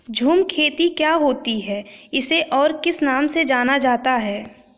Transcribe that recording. झूम खेती क्या होती है इसे और किस नाम से जाना जाता है?